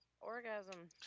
orgasm